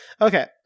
Okay